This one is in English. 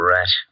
Rat